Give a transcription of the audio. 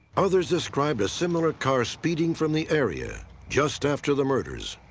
others described a similar a car speeding from the area just after the murders.